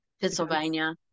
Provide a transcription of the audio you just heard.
Pennsylvania